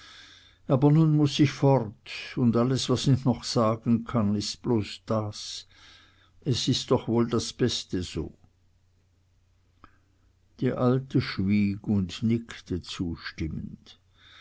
aber nun muß ich fort und alles was ich noch sagen kann ist bloß das es ist doch wohl das beste so die alte schwieg und nickte zustimmend